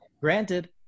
granted